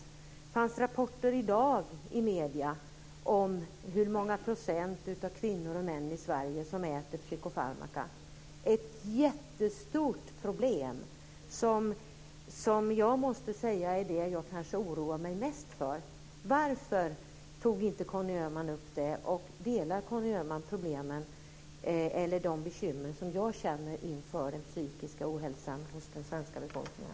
Det fanns rapporter i dag i medierna om hur många procent av kvinnorna och männen i Sverige som äter psykofarmaka. Det är ett jättestort problem som jag måste säga är det som jag kanske oroar mig mest för. Varför tog inte Conny Öhman upp det? Och delar Conny Öhman min oro inför den psykiska ohälsan hos den svenska befolkningen?